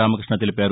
రామకృష్ణ తెలిపారు